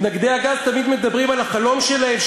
מתנגדי הגז תמיד מדברים על החלום שלהם,